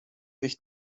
ich